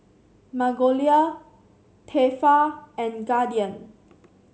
Magnolia Tefal and Guardian